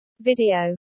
Video